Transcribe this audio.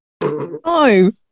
No